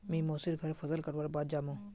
मी मोसी र घर फसल कटवार बाद जामु